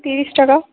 তিরিশ টাকা